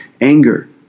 anger